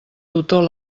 tutor